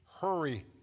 hurry